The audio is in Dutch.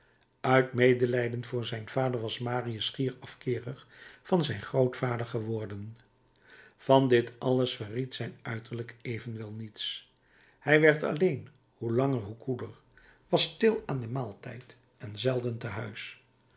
uit medelijden voor zijn vader was marius schier afkeerig van zijn grootvader geworden van dit alles verried zijn uiterlijk evenwel niets hij werd alleen hoe langer hoe koeler was stil aan den maaltijd en zelden te huis